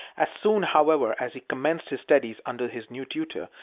as soon, however, as he commenced his studies under his new tutor,